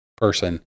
person